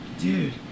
Dude